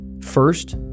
First